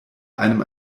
einem